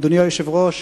אדוני היושב-ראש,